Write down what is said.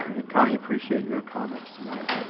and, connie, appreciate your comments tonight.